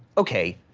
okay.